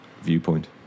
viewpoint